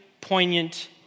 poignant